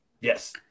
Yes